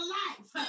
life